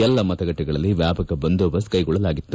ಎಲ್ಲ ಮತಗಟ್ಟೆಗಳಲ್ಲಿ ವ್ಯಾಪಕ ಬಂದೋಬಸ್ತ್ ಕೈಗೊಳ್ಳಲಾಗಿತ್ತು